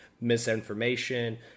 misinformation